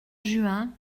juin